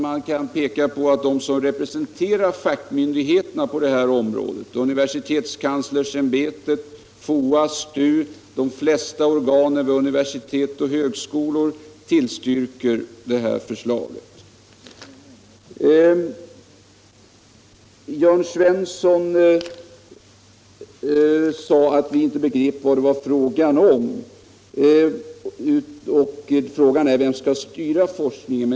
De remissinstanser som representerar fackmyndigheterna på detta område — universitetskanslersämbetet, FOA, STU, de flesta organ vid universitet och högskolor — tillstyrker emellertid förslaget. Herr Svensson i Malmö sade att vi inte begrep att frågan här gällde vem som skall styra forskningen.